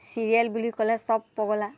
serial বুলি ক'লে চব পগলা